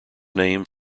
name